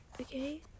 okay